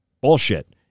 Bullshit